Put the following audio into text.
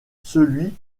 celui